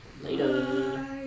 Later